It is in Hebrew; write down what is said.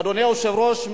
אדוני היושב-ראש,